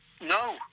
No